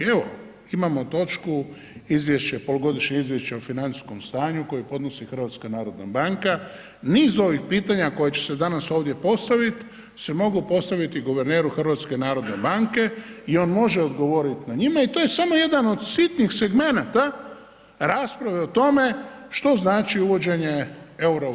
Evo, imamo točku Izvješće, polugodišnje izvješće o financijskom stanju kojeg podnosi HNB, niz ovih pitanja koje će se danas ovdje postaviti se mogu postaviti guverneru HNB-a i on može odgovoriti na njih i to je samo jedan od sitnih segmenata rasprave o tome što znači uvođenje eura u RH.